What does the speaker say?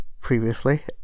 previously